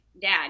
dad